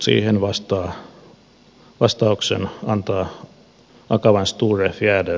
siihen vastauksen antaa akavan sture fjäder